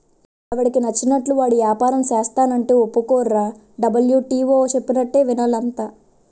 ఎవడికి నచ్చినట్లు వాడు ఏపారం సేస్తానంటే ఒప్పుకోర్రా డబ్ల్యు.టి.ఓ చెప్పినట్టే వినాలి అంతా